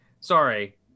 sorry